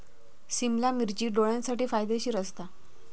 सिमला मिर्ची डोळ्यांसाठी फायदेशीर असता